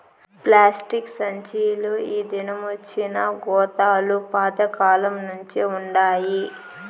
plastic సంచీలు ఈ దినమొచ్చినా గోతాలు పాత కాలంనుంచే వుండాయి